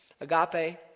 Agape